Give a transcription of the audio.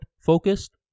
focused